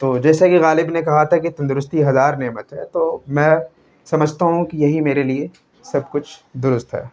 تو جیسا کہ غالب نے کہا تھا کہ تندرستی ہزار نعمت ہے تو میں سمجھتا ہوں کہ یہی میرے لیے سب کچھ درست ہے